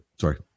Sorry